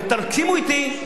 ותסכימו אתי,